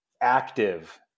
active